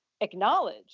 acknowledge